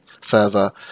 further